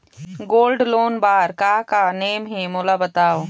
Gold loan बार का का नेम हे, मोला बताव?